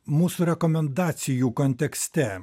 mūsų rekomendacijų kontekste